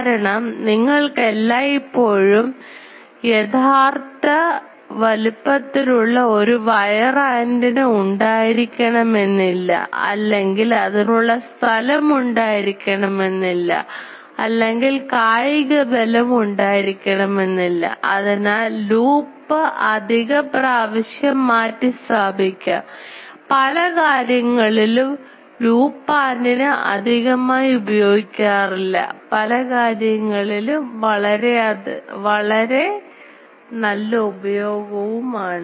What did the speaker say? കാരണം നിങ്ങൾക്ക് എല്ലായ്പ്പോഴും യഥാർത്ഥ വലുപ്പത്തിലുള്ള ഒരു വയർ ആൻറിന ഉണ്ടായിരിക്കണമെന്നില്ലഅല്ലെങ്കിൽ അതിനുള്ള സ്ഥലം ഉണ്ടായിരിക്കണമെന്നില്ല അല്ലെങ്കിൽ കായിക ബലം ഉണ്ടായിരിക്കണമെന്നില്ല അതിനാൽ ലൂപ്പ് അധികം പ്രാവശ്യം മാറ്റി സ്ഥാപിക്കാം പല കാര്യങ്ങളിലും ലൂപ്പ് ആൻറിന അധികമായി ഉപയോഗിക്കാറില്ല പല കാര്യങ്ങളിലും അത് വളരെ നല്ല ഉപയോഗവുമാണ്